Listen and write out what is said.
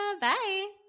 bye